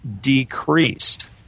decreased